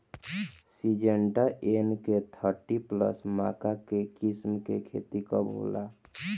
Syngenta NK thirty plus मक्का के किस्म के खेती कब होला?